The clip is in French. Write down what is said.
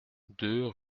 deux